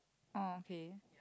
orh okay